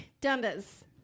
Dundas